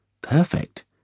Perfect